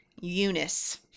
Eunice